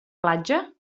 platja